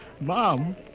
Mom